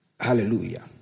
Hallelujah